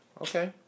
Okay